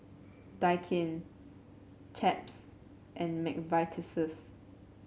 Daikin Chaps and McVitie's